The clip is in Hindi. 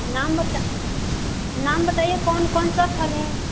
नाम बता नाम बताइए कौन कौन सा फल है